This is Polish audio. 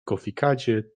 kofikadzie